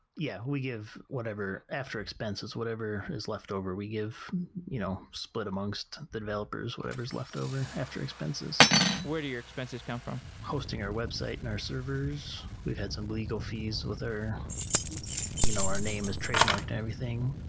yeah. we give whatever after expenses, whatever is left over. we give you know split amongst the developers whatever's left over after expenses where do your expenses come from? hosting our website and our servers. we've had some legal fees with our you know our name is trademarked and everything,